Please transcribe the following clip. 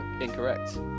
Incorrect